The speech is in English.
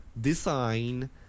design